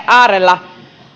äärellä